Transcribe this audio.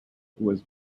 was